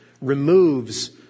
removes